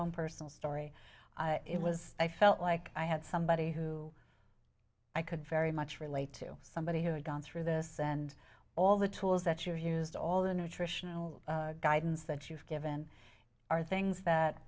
own personal story it was i felt like i had somebody who i could very much relate to somebody who had gone through this and all the tools that you used all the nutritional guidance that you've given are things that